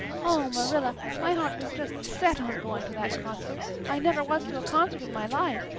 oh, marilla, my heart was just set on going to that concert. i never was to a concert in my life,